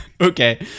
Okay